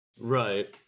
Right